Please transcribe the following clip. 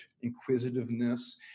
inquisitiveness